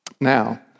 Now